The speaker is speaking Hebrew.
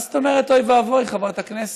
מה זאת אומרת "אוי ואבוי", חברת הכנסת?